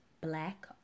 black